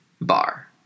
Bar